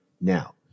now